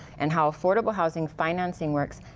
and how affordable housing financing works,